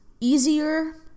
easier